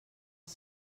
els